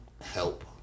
help